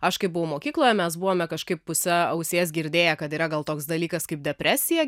aš kai buvau mokykloje mes buvome kažkaip puse ausies girdėję kad yra gal toks dalykas kaip depresija